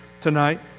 tonight